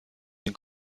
این